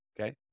Okay